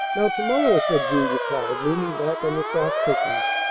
now, to-morrow, said julia cloud, leaning back on the soft cushions,